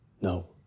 No